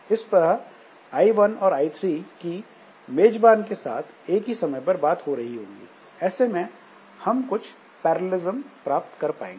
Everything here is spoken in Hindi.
इस तरह I1 और I3 कि मेजबान के साथ एक ही समय पर बात हो रही होंगी और ऐसे में हम कुछ पैरलेलिस्म प्राप्त कर पाएंगे